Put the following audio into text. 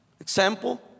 Example